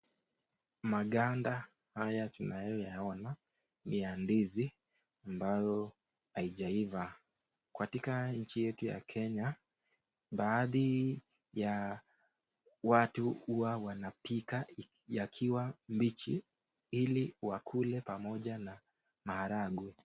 Maganda haya tunayoyaona ya ndizi ambayo haijaiva. Katika nchi yetu ya Kenya baadhi ya watu hua wanapika yakiwa mbichi ili wakule pamoja na maharagwe.